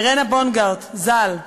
אירנה בונגרט ז"ל,